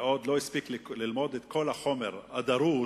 שעוד לא הספיק ללמוד את כל החומר הדרוש,